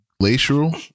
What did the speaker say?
glacial